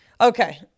Okay